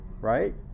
Right